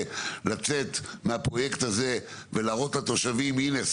לצאת מהפרויקט הזה ולהראות לתושבים הנה,